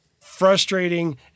frustrating